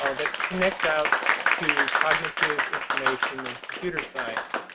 ah that connects out to cognitive information in computer science.